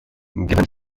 given